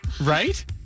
Right